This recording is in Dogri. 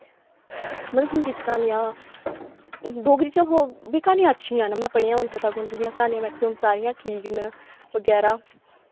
मतलब हिन्दी च क्हानियां डोगरी च बी क्हानियां अच्छियां न में पढ़ियां हून कथाकुंज दियां क्हानियां सारियां ठीक न बगैरा